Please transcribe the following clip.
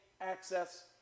access